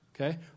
Okay